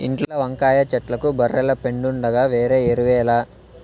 ఇంట్ల వంకాయ చెట్లకు బర్రెల పెండుండగా వేరే ఎరువేల